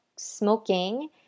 smoking